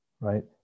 right